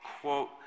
quote